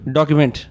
Document